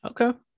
Okay